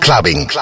Clubbing